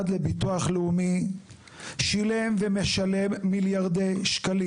לביטוח לאומי שילם ומשלם מיליארדי שקלים.